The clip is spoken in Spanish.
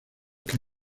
que